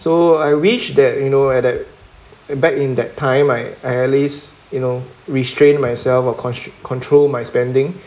so I wish that you know at that back in that time I I at least you know restrain myself or control my spending